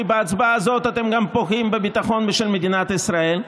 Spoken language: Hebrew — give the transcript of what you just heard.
כי בהצבעה הזאת אתם גם פוגעים בביטחון של מדינת ישראל.